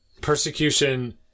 persecution